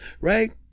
right